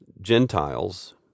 Gentiles